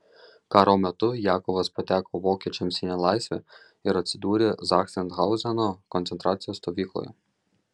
karo metu jakovas pateko vokiečiams į nelaisvę ir atsidūrė zachsenhauzeno koncentracijos stovykloje